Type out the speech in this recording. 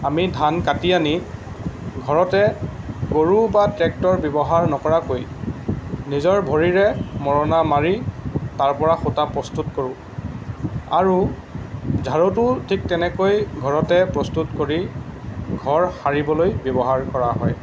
আমি ধান কাতি আনি ঘৰতে গৰু বা ট্ৰেক্টৰ ব্যৱহাৰ নকৰাকৈ নিজৰ ভৰিৰে মৰণা মাৰি তাৰ পৰা সূতা প্ৰস্তুত কৰোঁ আৰু ঝাৰুটোও ঠিক তেনেকৈ ঘৰতে প্ৰস্তুত কৰি ঘৰ সাৰিবলৈ ব্যৱহাৰ কৰা হয়